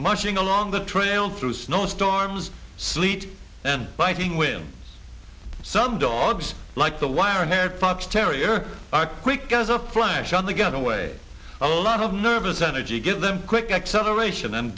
marching along the trail through snowstorms sleet and biting when some dogs like the wire haired fox terrier are quick as a flash on the getaway a lot of nervous energy give them quick acceleration